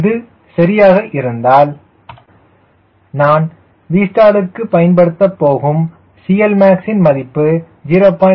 இது சரியாக இருந்தால் நான் Vstall க்கு பயன்படுத்தப் போகும் Clmax யின் மதிப்பு 0